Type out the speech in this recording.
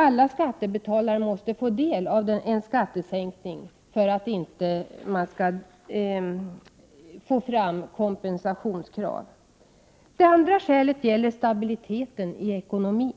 Alla skattebetalare måste få del av en skattesänkning för att det inte skall ställas kompensationskrav. Det andra skälet gäller stabiliteten i ekonomin.